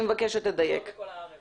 לא 300 ולא כל המתקנים.